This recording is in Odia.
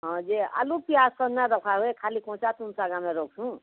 ହଁ ଯେ ଆଲୁ ପିଆଜ ତ ନା ରଖାବେ ଖାଲି କଞ୍ଚା ତୁନ୍ ଶାଗ୍ ଆମେ ରଖୁଁ